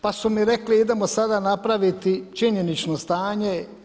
Pa su mi rekli, idemo sada napraviti činjenično stanje.